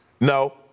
No